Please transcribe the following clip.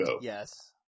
Yes